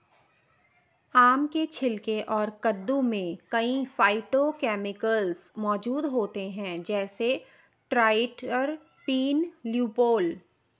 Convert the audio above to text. आम के छिलके और गूदे में कई फाइटोकेमिकल्स मौजूद होते हैं, जैसे ट्राइटरपीन, ल्यूपोल